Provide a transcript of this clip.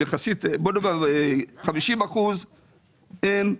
50 אחוזים,